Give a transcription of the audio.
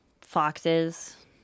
foxes